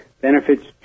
benefits